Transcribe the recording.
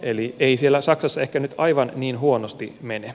eli ei siellä saksassa ehkä nyt aivan niin huonosti mene